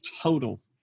total